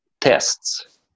tests